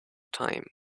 time